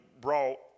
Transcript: brought